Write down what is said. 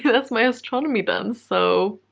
yeah that's my astronomy done. so.